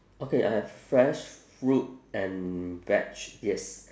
okay I have fresh fruit and veg yes